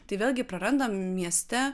tai vėlgi prarandam mieste